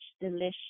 delicious